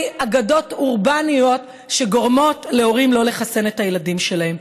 אגדות אורבניות שגורמות להורים לא לחסן את הילדים שלהם.